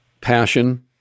passion